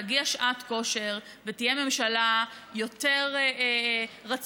תגיע שעת כושר ותהיה ממשלה יותר רציונלית,